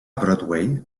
broadway